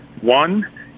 One